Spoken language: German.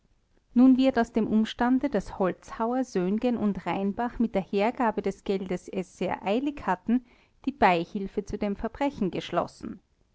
nun wird aus dem umstande daß holzhauer söhngen und rheinbach mit der hergabe des geldes es sehr eilig hatten die beihilfe zu dem verbrechen geschlossen